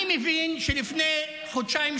אני מבין שלפני חודשיים,